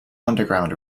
underground